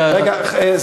רגע,